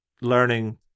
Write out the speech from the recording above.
learning